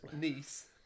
niece